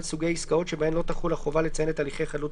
סוגי עסקאות שבהן לא תחול החובה לציין את הליכי חדלות